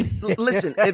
listen